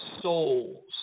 souls